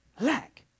lack